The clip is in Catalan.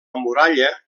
muralla